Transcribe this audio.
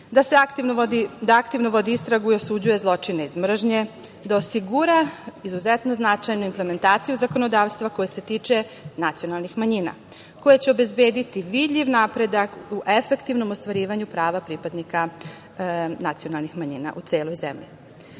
da aktivno vodi istragu i osuđuje zločine iz mržnje, da osigura izuzetno značajnu implementaciju zakonodavstva, koja se tiče nacionalnih manjina, a koja će obezbediti vidljiv napredak u efektivnom ostvarivanju prava pripadnika nacionalnih manjina u celoj